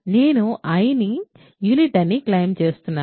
నేను i ని unit అని క్లెయిమ్ చేస్తున్నాను